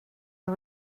are